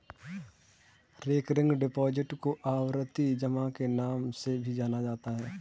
recurring deposit को आवर्ती जमा के नाम से भी जाना जाता है